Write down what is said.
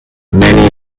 many